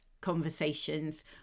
conversations